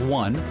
one